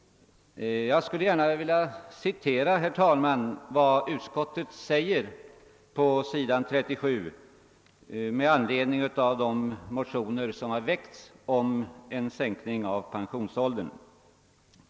Jag skulle gärna vilja citera, herr talman, vad utskottet skriver på s. 37 med anledning av de motioner som har väckts om en sänkning av pensionsåldern.